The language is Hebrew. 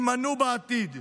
הם יימנעו בעתיד.